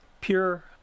Pure